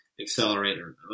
Accelerator